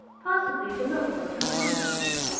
possibly the note-book and the handkerchief.